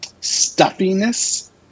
stuffiness